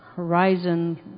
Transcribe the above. Horizon